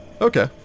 Okay